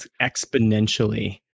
exponentially